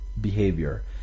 behavior